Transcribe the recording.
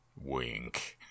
Wink